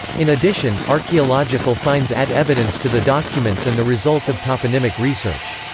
in addition, archaeological finds add evidence to the documents and the results of toponymic research.